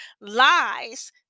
lies